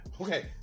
Okay